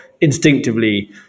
instinctively